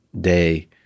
day